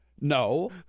No